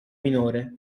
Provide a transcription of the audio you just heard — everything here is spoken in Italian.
minore